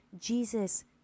Jesus